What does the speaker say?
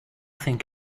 think